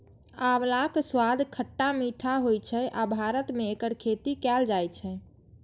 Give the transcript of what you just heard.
आंवलाक स्वाद खट्टा मीठा होइ छै आ भारत मे एकर खेती कैल जाइ छै